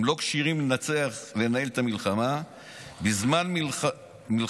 הם לא כשירים לנהל את המדינה בזמן מלחמה.